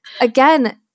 again